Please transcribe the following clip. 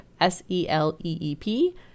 s-e-l-e-e-p